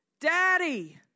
daddy